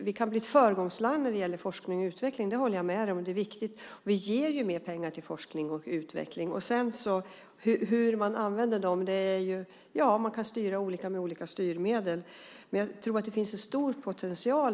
Vi kan bli ett föregångsland när det gäller forskning och utveckling; det håller jag med dig om. Vi ger mer pengar till forskning och utveckling. Sedan är frågan hur man använder dem. Man kan styra olika med olika styrmedel. Jag tror att det finns en stor potential.